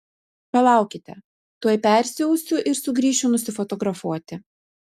palaukite tuoj persiausiu ir sugrįšiu nusifotografuoti